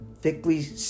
thickly